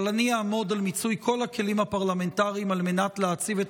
אבל אני אעמוד על מיצוי כל הכלים הפרלמנטריים על מנת להציב את